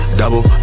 double